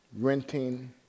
renting